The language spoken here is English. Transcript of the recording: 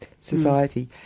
society